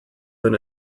own